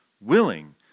willing